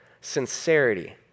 sincerity